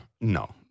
no